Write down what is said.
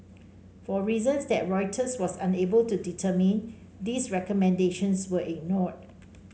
for reasons that Reuters was unable to determine these recommendations were ignored